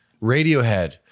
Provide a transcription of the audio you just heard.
Radiohead